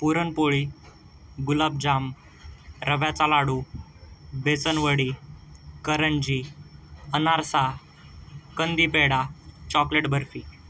पुरणपोळी गुलाबजाम रव्याचालाडू बेसनवडी करंजी अनारसा कंदी पेडा चॉकलेट बर्फी